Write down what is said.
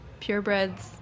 purebreds